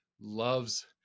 loves